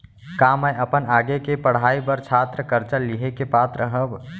का मै अपन आगे के पढ़ाई बर छात्र कर्जा लिहे के पात्र हव?